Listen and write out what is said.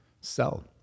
sell